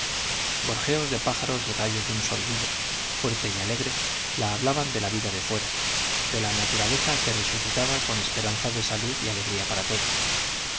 fresca gorjeos de pájaros y rayos de un sol vivo fuerte y alegre la hablaban de la vida de fuera de la naturaleza que resucitaba con esperanza de salud y alegría para todos